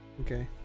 okay